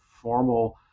formal